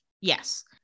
Yes